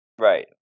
Right